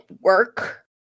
work